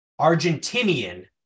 Argentinian